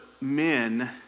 men